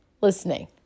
listening